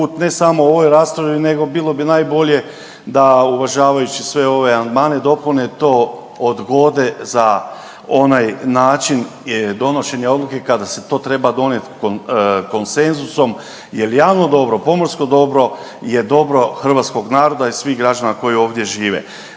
ne samo u ovoj raspravi nego bilo bi najbolje da uvažavajući sve ove amandmane dopune to, odgode za onaj način donošenja odluke kada se to treba donijet konsenzusom jel javno dobro, pomorsko dobro je dobro hrvatskog naroda i svih građana koji ovdje žive.